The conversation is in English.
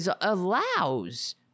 allows